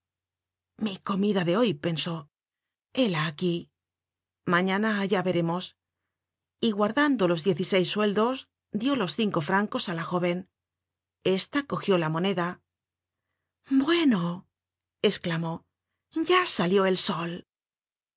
mi comida de hoy pensó héla aquí mañana ya veremos y guardando los diez y seis sueldos dió los cinco francos á la jóven esta cogió la moneda bueno esclamó ya salió el sol